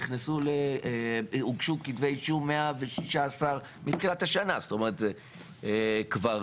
הוגשו 116 כתבי אישום מתחילת השנה, זו ממשלה